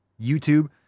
YouTube